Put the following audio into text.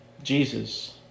Jesus